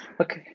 Okay